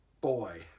boy